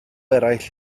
eraill